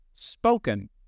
spoken